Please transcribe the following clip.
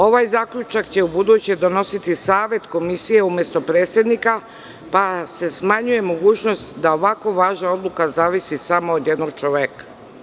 Ovaj zaključak će ubuduće donositi Savet Komisije umesto predsednika, pa se smanjuje mogućnost da ovako važna odluka zavisi samo od jednog čoveka.